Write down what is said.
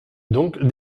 donc